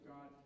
God